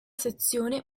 sezione